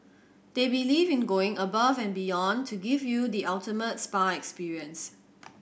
they believe in going above and beyond to give you the ultimate spa experience